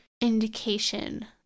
indication